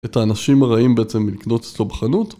את האנשים הרעים בעצם לקנות אצלו בחנות